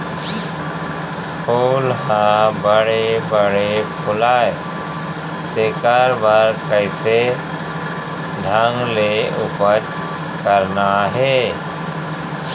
फूल ह बड़े बड़े फुलय तेकर बर कइसे ढंग ले उपज करना हे